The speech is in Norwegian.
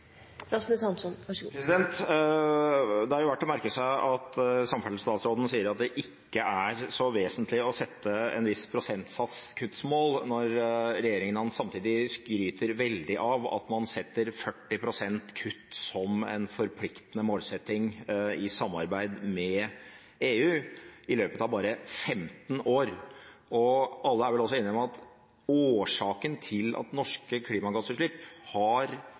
Det er verdt å merke seg at samferdselsstatsråden sier at det ikke er så vesentlig å sette en viss prosentsats kuttmål når regjeringen samtidig skryter veldig av at man setter 40 pst. kutt som en forpliktende målsetting i samarbeid med EU i løpet av bare 15 år. Alle er vel også enige om at årsaken til at norske klimagassutslipp har